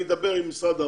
אני אדבר עם משרד האוצר.